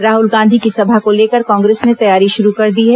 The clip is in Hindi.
राहल गांधी की सभा को लेकर कांग्रेस ने तैयारी शुरू कर दी है